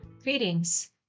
Greetings